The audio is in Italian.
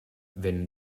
venne